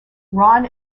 ron